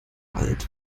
alt